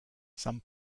some